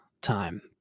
time